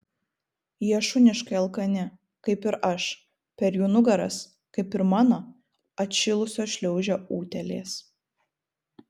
jie šuniškai alkani kaip ir aš per jų nugaras kaip ir mano atšilusios šliaužia utėlės